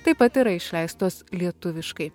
taip pat yra išleistos lietuviškai